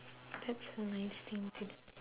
that's a nice thing to do